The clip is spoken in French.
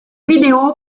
vidéo